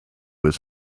was